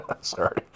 Sorry